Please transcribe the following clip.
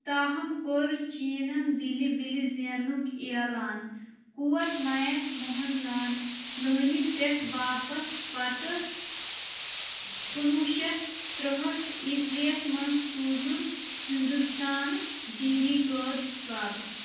تاہم کوٚر چیٖنَن وِلہِ وِلہِ زینٕنُک اعلان كوت مَینٛک موہن لان لٲنہِ پٮ۪ٹھ واپس پتہٕ کُنوُہ شَتھ تُرٛہٲٹھ عیٖسوِیَس منٛز سوٗزُن ہنٛدوستانہٕ جٔنگی قٲد واپس